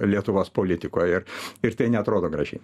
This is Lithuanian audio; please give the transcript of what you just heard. lietuvos politikoj ir ir tai neatrodo gražiai